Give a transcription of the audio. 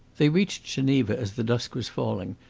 they reached geneva as the dusk was falling,